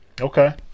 Okay